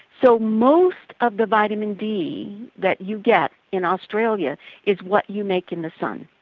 so most of the vitamin d that you get in australia is what you make in the sun.